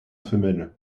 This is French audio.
femelle